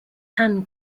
ann